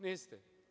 Niste?